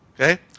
okay